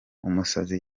umusazi